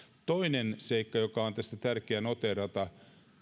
toinen seikka joka on tässä tärkeää noteerata